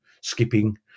skipping